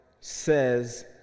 says